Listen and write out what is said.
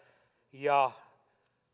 ja